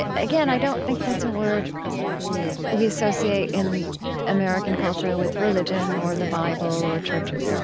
ah again, i don't think that's a word we associate in american culture with religion or the bible or churches yeah